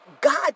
God